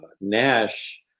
Nash